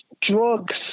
drugs